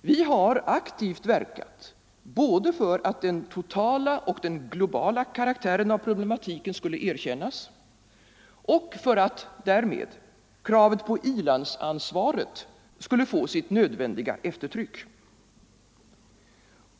Vi har aktivt verkat både för att den totala och globala karaktären av problematiken skulle erkännas och för att därmed kravet på i-landsansvaret skulle få sitt nödvändiga eftertryck.